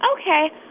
Okay